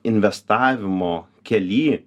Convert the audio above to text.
investavimo kely